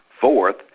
fourth